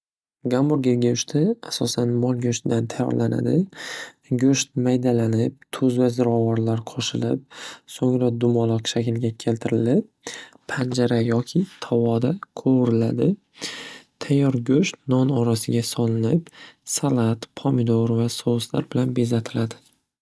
Gamburger go'shti asosan mol go'shtidan tayyorlanadi. Go'sht maydalanib tuz va ziravorlar qo'shilib, so'ngra dumaloq shaklga keltirilib, panjara yoki tovoda qo'vuriladi. Tayyor go'sht non orasiga solinib salat, pomidor va souslar bilan bezatiladi.